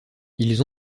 ils